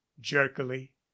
jerkily